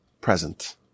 present